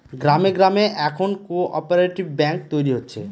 গ্রামে গ্রামে এখন কোঅপ্যারেটিভ ব্যাঙ্ক তৈরী হচ্ছে